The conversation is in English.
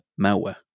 malware